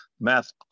math